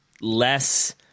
less